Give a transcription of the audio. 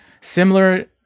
similar